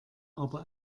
aber